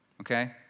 Okay